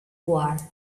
war